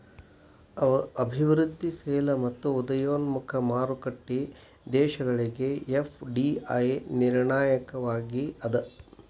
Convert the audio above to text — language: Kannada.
ಅಭಿವೃದ್ಧಿಶೇಲ ಮತ್ತ ಉದಯೋನ್ಮುಖ ಮಾರುಕಟ್ಟಿ ದೇಶಗಳಿಗೆ ಎಫ್.ಡಿ.ಐ ನಿರ್ಣಾಯಕವಾಗಿ ಅದ